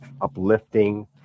uplifting